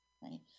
right